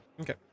Okay